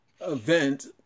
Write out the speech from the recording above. event